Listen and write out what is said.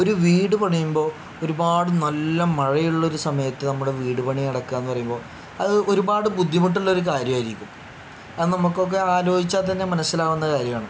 ഒരു വീട് പണിയുമ്പോൾ ഒരുപാട് നല്ല മഴയുള്ള ഒരു സമയത്ത് നമ്മുടെ വീട് പണി നടക്കുക എന്ന് പറയുമ്പോൾ അത് ഒരുപാട് ബുദ്ധിമുട്ടുള്ള ഒരു കാര്യമായിരിക്കും അത് നമുക്കൊക്കെ ആലോചിച്ചാൽ തന്നെ മനസ്സിലാവുന്ന കാര്യമാണ്